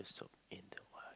soap in the water